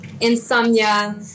Insomnia